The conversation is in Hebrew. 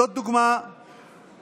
זאת דוגמה קיצונית